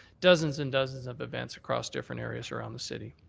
dozens and dozens of events across different areas around the city.